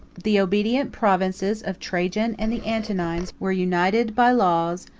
the obedient provinces of trajan and the antonines were united by laws,